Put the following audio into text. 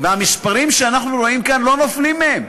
המספרים שאנחנו רואים כאן לא נופלים מהם.